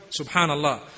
Subhanallah